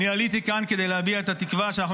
אני עליתי לכאן כדי להביע את התקווה שאנחנו